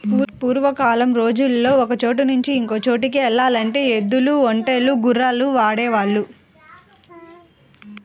పూర్వకాలం రోజుల్లో ఒకచోట నుంచి ఇంకో చోటుకి యెల్లాలంటే ఎద్దులు, ఒంటెలు, గుర్రాల్ని వాడేవాళ్ళు